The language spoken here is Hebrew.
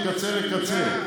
התקצר והתקצר,